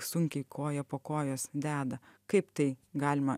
sunkiai koją po kojos deda kaip tai galima